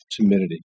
timidity